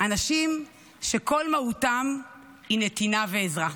אנשים שכל מהותם היא נתינה ועזרה.